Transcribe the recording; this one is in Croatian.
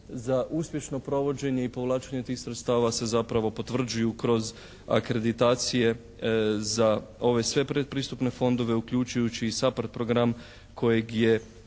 za uspješno provođenje i povlačenje tih sredstava se zapravo potvrđuju kroz akreditacije za ove sve predpristupne fondove uključujući i SAPARD program kojeg je